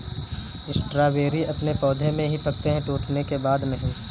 strawberry अपने पौधे में ही पकते है टूटने के बाद नहीं